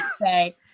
say